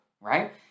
right